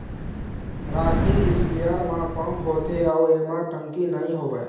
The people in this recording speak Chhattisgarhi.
रॉकिंग इस्पेयर म पंप होथे अउ एमा टंकी नइ होवय